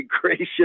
gracious